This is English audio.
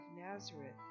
Nazareth